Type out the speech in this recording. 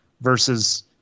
versus